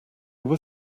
were